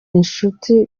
inshuti